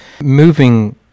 Moving